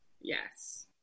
Yes